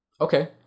Okay